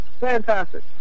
fantastic